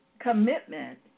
commitment